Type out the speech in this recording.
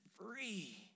free